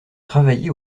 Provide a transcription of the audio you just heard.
travaillé